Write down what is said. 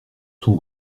son